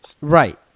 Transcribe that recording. right